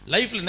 Life